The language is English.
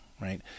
right